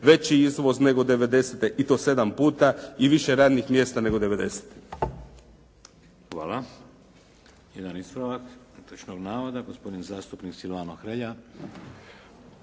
veći izvoz nego devedesete i to 7 puta i više radnih mjesta nego